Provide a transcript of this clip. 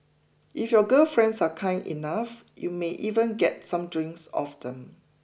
if your girl friends are kind enough you may even get some drinks off them